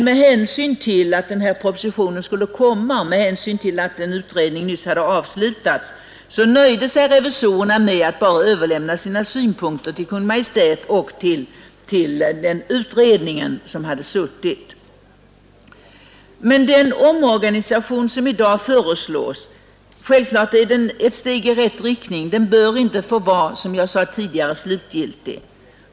Med hänsyn till att propositionen skulle komma att läggas fram och med hänsyn till att en utredning nyss hade avslutats, nöjde sig emellertid revisorerna med att överlämna sina synpunkter till Kungl. Maj:t och till den utredning, som hade arbetat med dessa frågor. Den omorganisation som i dag föreslås är självfallet ett steg i rätt riktning, men den bör inte — som jag tidigare sade — få vara slutgiltig.